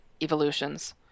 evolutions